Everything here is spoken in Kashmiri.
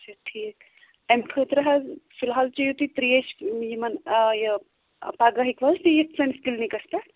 اَچھا ٹھیٖک اَمہِ خٲطرٕ حظ فِلحال چیٚیِو تُہۍ ترٛیش یِمَن آ یہِ پگاہ ہیٚکوٕ حظ تُہۍ یِتھ سٲنِس کِلنِکَس پٮ۪ٹھ